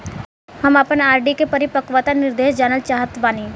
हम आपन आर.डी के परिपक्वता निर्देश जानल चाहत बानी